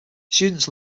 students